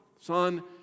son